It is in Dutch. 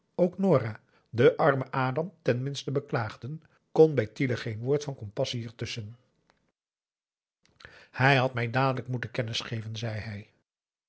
ook nora den armen adam ten minste beklaagden kon bij tiele geen woord van compassie ertusschen hij had mij dadelijk moeten kennis geven zei hij